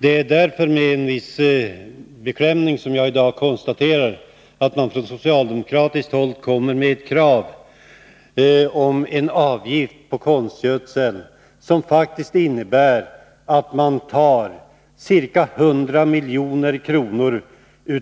Det är därför med viss beklämning som jag i dag konstaterar att det från socialdemokratiskt håll framförs ett krav på avgift på konstgödsel som faktiskt innebär att man tar ca 100 milj.kr.